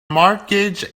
mortgage